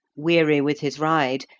weary with his ride,